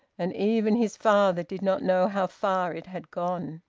and even his father did not know how far it had gone.